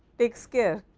take so care